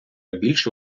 більше